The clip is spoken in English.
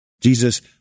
Jesus